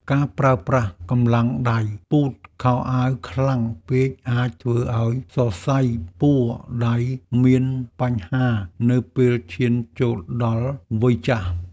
ការប្រើប្រាស់កម្លាំងដៃពូតខោអាវខ្លាំងពេកអាចធ្វើឱ្យសរសៃពួរដៃមានបញ្ហានៅពេលឈានចូលដល់វ័យចាស់។